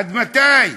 עד מתי?